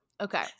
Okay